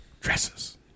dresses